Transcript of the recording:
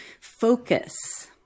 focus